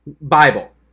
Bible